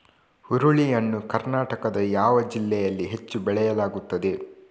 ಹುರುಳಿ ಯನ್ನು ಕರ್ನಾಟಕದ ಯಾವ ಜಿಲ್ಲೆಯಲ್ಲಿ ಹೆಚ್ಚು ಬೆಳೆಯಲಾಗುತ್ತದೆ?